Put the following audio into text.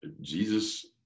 Jesus